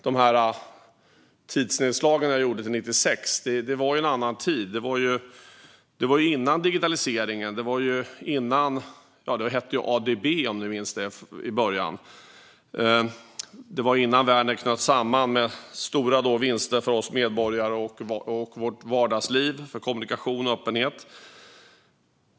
De här tidsnedslagen i 1996 visar att det var en annan tid. Det var före digitaliseringen. Det hette ADB, om ni minns det, till en början. Det var innan världen knöts samman, med stora vinster för oss medborgare och vårt vardagsliv när det gäller kommunikation och öppenhet.